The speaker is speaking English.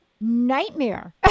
nightmare